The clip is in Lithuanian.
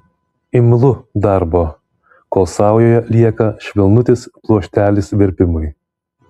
imlu darbo kol saujoje lieka švelnutis pluoštelis verpimui